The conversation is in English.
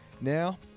Now